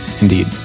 Indeed